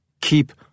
Keep